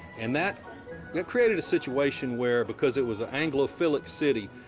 and that that created a situation where because it was an anglo-philic city,